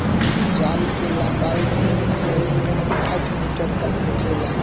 जाल के लम्बाई ढेर से ढेर आठ मीटर तक होखेला